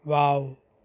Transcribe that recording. wow